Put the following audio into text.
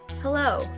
Hello